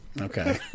Okay